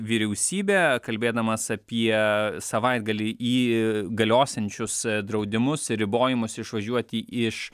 vyriausybė kalbėdamas apie savaitgalį į galiosiančius draudimus ir ribojimus išvažiuoti iš